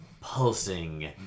pulsing